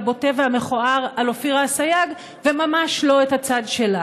הבוטה והמכוער על אופירה אסייג וממש לא את הצד שלה.